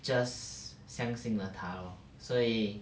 just 相信了他 lor 所以